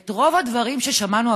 את רוב הדברים ששמענו,